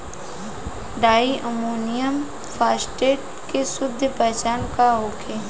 डाई ammonium phosphate के शुद्ध पहचान का होखे?